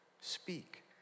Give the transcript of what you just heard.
speak